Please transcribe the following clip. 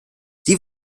sie